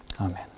Amen